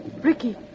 Ricky